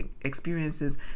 experiences